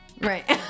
Right